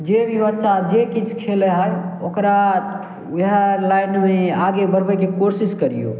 जे भी बच्चा जे किछु खेलय हइ ओकरा वएह लाइनमे आगे बढ़बयके कोशिश करियौ